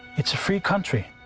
it's a free country,